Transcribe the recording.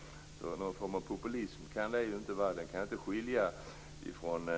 Någon form av populism kan det alltså inte vara fråga om i detta fall.